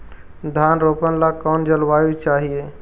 धान रोप ला कौन जलवायु चाही?